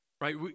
right